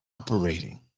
operating